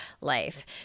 life